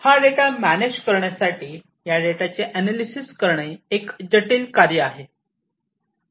हा data manage करण्यासाठी या डेटाचे एनलिसिस करणे एक जटिल कार्य आहे